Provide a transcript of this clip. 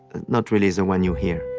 not really is the one you hear